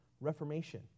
Reformation